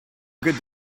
good